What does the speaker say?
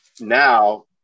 now